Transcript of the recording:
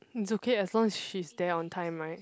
it's okay as long as she's there on time right